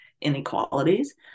inequalities